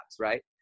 right